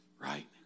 Right